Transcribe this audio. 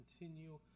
continue